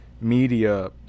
media